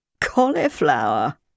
cauliflower